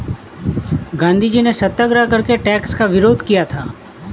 गांधीजी ने सत्याग्रह करके टैक्स का विरोध किया था